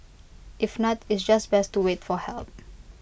if not it's just best to wait for help